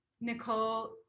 Nicole